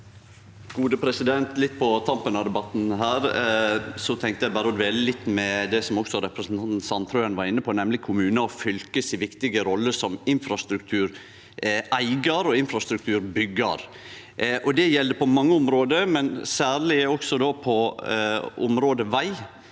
(Sp) Litt på tampen av de- batten tenkte eg berre å dvele litt ved det som også representanten Sandtrøen var inne på, nemleg kommunar og fylke si viktige rolle som infrastruktureigar og infrastrukturbyggjar. Det gjeld på mange område, men særleg på området veg.